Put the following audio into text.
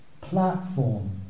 platform